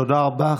תודה רבה.